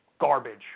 garbage